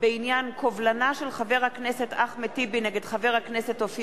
מאת חבר הכנסת טלב אלסאנע,